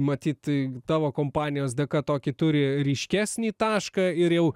matyt tavo kompanijos dėka tokį turi ryškesnį tašką ir jau